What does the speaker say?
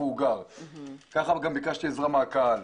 וכך ביקשתי גם עזרה מהקהל.